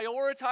prioritize